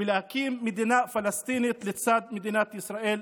ולהקים מדינה פלסטינית לצד מדינת ישראל.